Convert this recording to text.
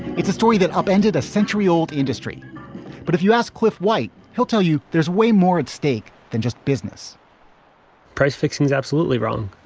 it's a story that upended a century old industry but if you ask cliff white, he'll tell you there's way more at stake than just business price fixing is absolutely wrong,